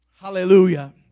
Hallelujah